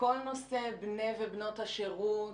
כל נושא בני ובנות השירות,